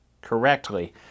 correctly